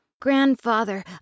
Grandfather